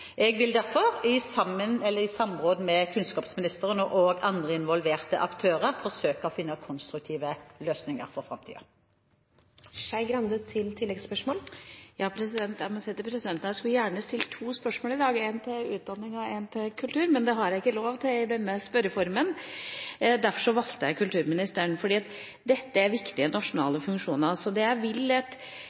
Jeg vil derfor, i samråd med kunnskapsministeren og andre involverte aktører, forsøke å finne konstruktive løsninger for framtiden. Jeg må si til presidenten at jeg gjerne skulle ha stilt to spørsmål i dag: ett til kunnskapsministeren og ett til kulturministeren, men det har jeg ikke lov til i denne spørretimen. Derfor valgte jeg kulturministeren, og det er fordi dette er viktige nasjonale funksjoner. Det jeg vil at kulturministeren skal si, er